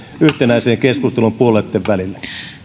yhtenäiseen keskusteluun puolueitten välillä